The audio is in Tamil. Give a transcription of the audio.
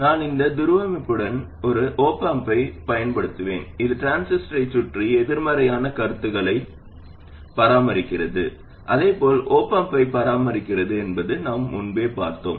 நான் இந்த துருவமுனைப்புடன் ஒரு op amp ஐப் பயன்படுத்துவேன் இது டிரான்சிஸ்டரைச் சுற்றி எதிர்மறையான கருத்துக்களைப் பராமரிக்கிறது அதே போல் op amp ஐப் பராமரிக்கிறது என்பதை நாம் முன்பே பார்த்தோம்